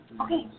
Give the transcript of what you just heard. Okay